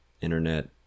internet